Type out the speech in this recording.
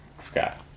Scott